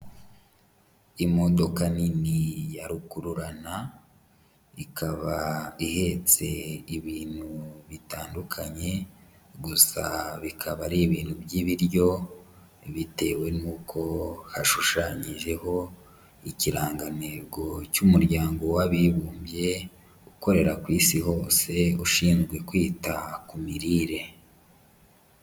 Imodoka nini ya rukururana, ikaba ihetse ibintu bitandukanye, gusa bikaba ari ibintu by'ibiryo bitewe n'uko hashushanyijeho ikirangantego cy'umuryango w'abibumbye, ukorera ku Isi hose, ushinzwe kwita ku mirire.